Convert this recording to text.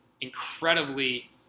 Incredibly